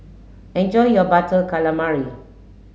enjoy your butter calamari